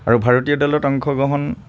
আৰু ভাৰতীয় দলত অংশগ্ৰহণ